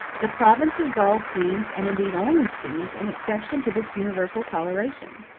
the province of gaul seems, and indeed only seems, an exception to this universal toleration.